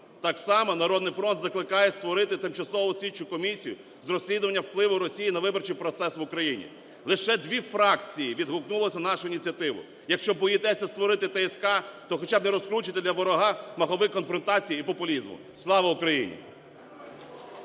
Так само "Народний фронт" закликає створити Тимчасову слідчу комісію з розслідування впливу Росії на виборчий процес в Україні. Лише дві фракції відгукнулося на нашу ініціативу. Якщо боїтеся створити ТСК, то хоча б не розкручуйте для ворога маховик конфронтації і популізму. Слава Україні!